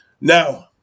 now